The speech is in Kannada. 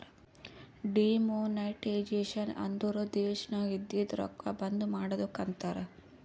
ಡಿಮೋನಟೈಜೆಷನ್ ಅಂದುರ್ ದೇಶನಾಗ್ ಇದ್ದಿದು ರೊಕ್ಕಾ ಬಂದ್ ಮಾಡದ್ದುಕ್ ಅಂತಾರ್